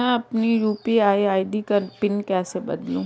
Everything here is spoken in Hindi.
मैं अपनी यू.पी.आई आई.डी का पिन कैसे बदलूं?